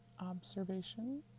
observation